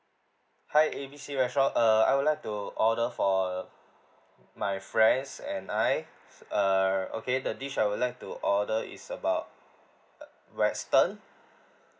hi A B C restaurant err I would like to order for uh my friends and I err okay the dish I would like to order is about uh western